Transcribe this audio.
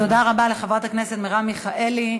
תודה רבה לחברת הכנסת מרב מיכאלי.